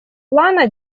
плана